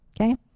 okay